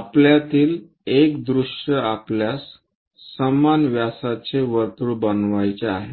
आपल्यातील एक दृष्य आपल्यास समान व्यासाचे वर्तुळ बनवायचे आहे